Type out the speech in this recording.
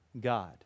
God